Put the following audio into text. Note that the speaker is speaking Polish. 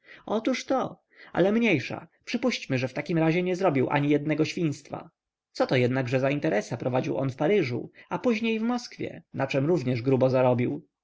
otóż to ale mniejsza przypuśćmy że w tym razie nie zrobił ani jednego świństwa coto jednakże za interesa prowadził on w paryżu a później w moskwie na czem również grubo zarobił